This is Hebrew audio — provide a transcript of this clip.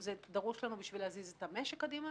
זה דרוש לנו בשביל להזיז את המשק קדימה,